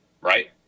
right